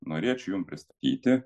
norėčiau jum pristatyti